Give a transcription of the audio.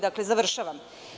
Dakle, završavam.